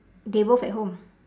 they both at home